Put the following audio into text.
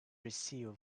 receive